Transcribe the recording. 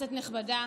כנסת נכבדה,